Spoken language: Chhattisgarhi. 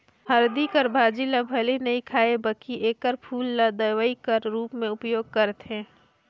हरदी कर भाजी ल भले नी खांए बकि एकर फूल ल दवई कर रूप में उपयोग करथे